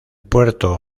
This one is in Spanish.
puerto